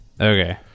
Okay